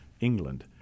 England